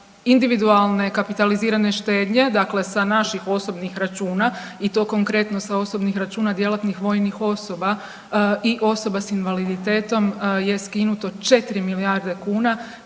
individualne kapitalizirane štednje dakle sa naših osobnih računa i to konkretno sa osobnih računa djelatnih vojnih osoba i osoba s invaliditetom je skinuto 4 milijarde kuna